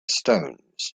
stones